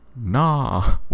Nah